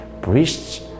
priests